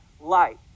light